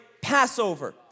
Passover